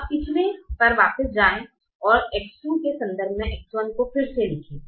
अब पिछले पर वापस जाएं और X2 के संदर्भ में X1 को फिर से लिखें